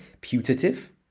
Putative